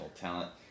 talent